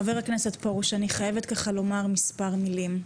חבר הכנסת פרוש, אני חייבת לומר מספר מילים.